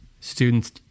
students